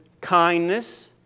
kindness